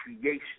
creation